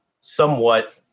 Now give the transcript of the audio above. somewhat